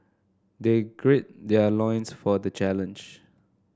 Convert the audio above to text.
they gird their loins for the challenge